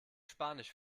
spanisch